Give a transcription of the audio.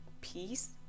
peace